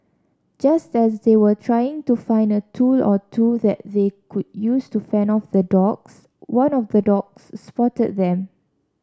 just as they were trying to find a tool or two that they could use to fend off the dogs one of the dogs spotted them